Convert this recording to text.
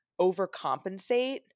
overcompensate